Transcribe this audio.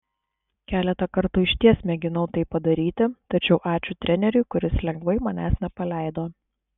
keletą kartų išties mėginau tai padaryti tačiau ačiū treneriui kuris lengvai manęs nepaleido